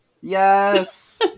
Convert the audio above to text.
Yes